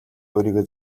өөрийгөө